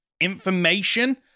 information